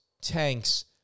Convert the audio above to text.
tanks